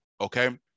okay